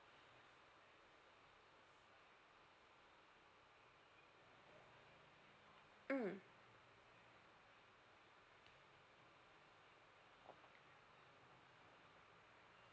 mm